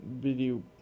video